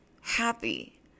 happy